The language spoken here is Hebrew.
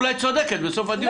אולי צודקת בסוף הדיון,